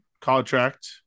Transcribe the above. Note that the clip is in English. contract